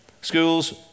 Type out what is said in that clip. Schools